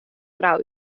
frou